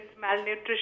malnutrition